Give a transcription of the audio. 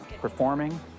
Performing